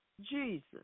Jesus